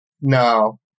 no